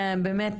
באמת,